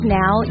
now